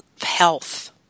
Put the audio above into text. health